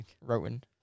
Rowan